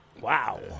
Wow